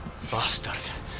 Bastard